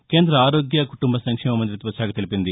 కేంద ఆరోగ్య కుటుంబ సంక్షేమ మంతిత్వశాఖ తెలిపింది